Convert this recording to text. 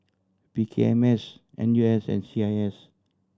P K M S N U S and C I S